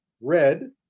red